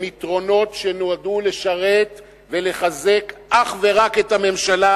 הם יתרונות שנועדו לשרת ולחזק אך ורק את הממשלה,